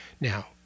Now